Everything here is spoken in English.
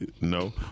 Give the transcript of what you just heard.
No